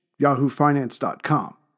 YahooFinance.com